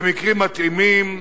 במקרים מתאימים,